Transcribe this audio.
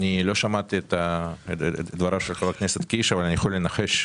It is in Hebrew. לא שמעתי את דבריו של חבר הכנסת קיש אבל אני יכול לנחש.